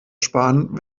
sparen